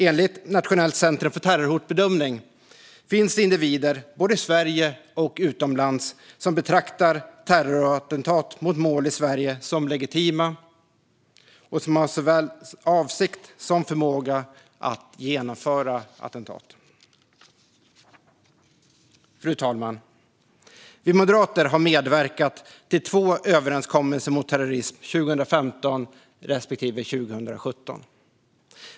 Enligt Nationellt centrum för terrorhotbedömning finns det individer, både i Sverige och utomlands, som betraktar terrorattentat mot mål i Sverige som legitima och som har såväl avsikt som förmåga att genomföra attentat. Fru talman! Vi moderater medverkade till två överenskommelser mot terrorism, 2015 respektive 2017.